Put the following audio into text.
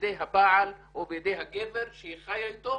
בידי הבעל או בידי הגבר שהיא חיה איתו